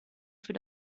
für